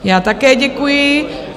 Já také děkuji.